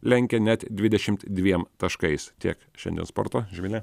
lenkia net dvidešimt dviem taškais tiek šiandien sporto živile